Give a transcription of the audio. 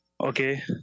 Okay